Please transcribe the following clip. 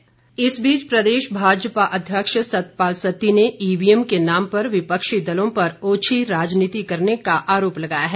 सतपाल सत्ती इस बीच प्रदेश भाजपा अध्यक्ष सतपाल सत्ती ने ईवीएम के नाम पर विपक्षी दलों पर ओछी राजनीति करने का आरोप लगाया है